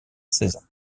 saison